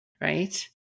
right